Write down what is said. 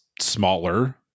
smaller